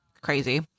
crazy